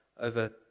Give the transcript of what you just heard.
over